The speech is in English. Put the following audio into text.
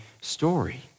story